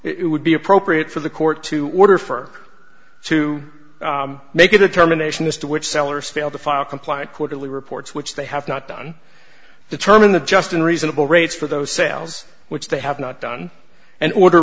point it would be appropriate for the court to order for to make a determination as to which sellers fail to file a complaint quarterly reports which they have not done determine the just and reasonable rates for those sales which they have not done and order